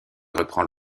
reprend